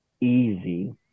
easy